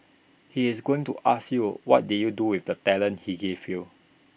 he is going to ask you what did you do with the talents he gave you